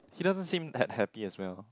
he doesn't seem had happy as well